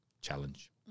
challenge